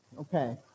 Okay